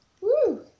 Woo